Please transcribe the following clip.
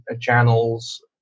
channels